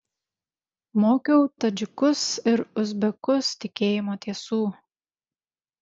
mokiau tadžikus ir uzbekus tikėjimo tiesų